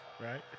right